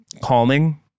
calming